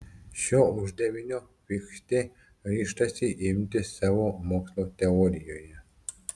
šio uždavinio fichtė ryžtasi imtis savo mokslo teorijoje